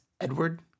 Edward